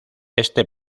este